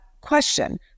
question